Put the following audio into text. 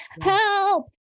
help